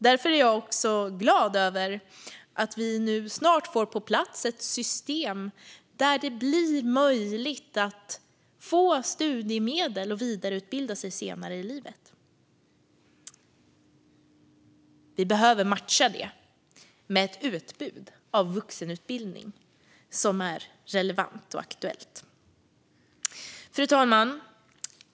Därför är jag också glad över att vi nu snart får på plats ett system där det blir möjligt att få studiemedel och vidareutbilda sig senare i livet. Vi behöver matcha detta med ett utbud av vuxenutbildning som är relevant och aktuellt. Fru talman!